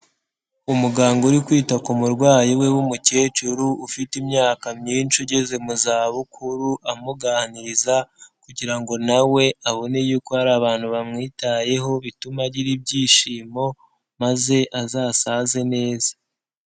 Umuganga uri kwita ku murwayi we w'umukecuru, ufite imyaka myinshi ugeze mu zabukuru amuganiriza, kugira ngo na we abone yuko hari abantu bamwitayeho, bitume agira ibyishimo maze azasaze neza.